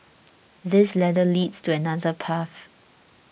this ladder leads to another path